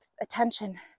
attention